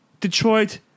Detroit